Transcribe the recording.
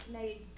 made